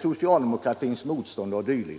socialdemokratins motstånd osv.